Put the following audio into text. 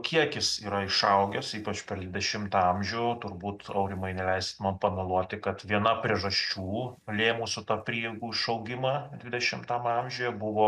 kiekis yra išaugęs ypač per dvidešimtą amžių turbūt aurimai neleisit man pameluoti kad viena priežasčių lėmusių tą prieigų išaugimą dvidešimtam amžiuje buvo